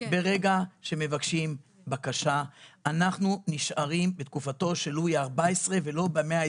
ברגע שמבקשים בקשה אנחנו נשארים בתקופתו של לואי ה-14 ולא במאה ה-21.